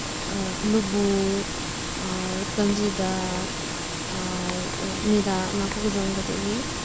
ᱞᱩᱵᱩᱜ ᱟᱨ ᱠᱟᱹᱧᱡᱤ ᱫᱟᱜ ᱟᱨ ᱢᱤᱨᱟ ᱚᱱᱟ ᱠᱚ ᱡᱚᱢ ᱠᱟᱛᱮᱜ ᱜᱮ